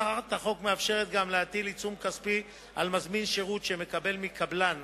הצעת החוק מאפשרת גם להטיל עיצום כספי על מזמין שירות שמקבל מקבלן